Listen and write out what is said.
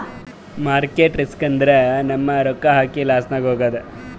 market risk ಅಂದುರ್ ನಮ್ ರೊಕ್ಕಾ ಹಾಕಿ ಲಾಸ್ನಾಗ್ ಹೋಗದ್